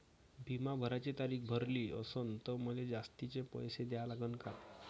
बिमा भराची तारीख भरली असनं त मले जास्तचे पैसे द्या लागन का?